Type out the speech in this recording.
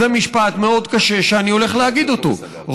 זה משפט מאוד קשה שאני הולך להגיד אותו: